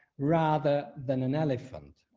rather than an elephant.